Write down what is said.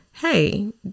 hey